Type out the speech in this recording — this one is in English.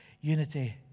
Unity